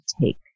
take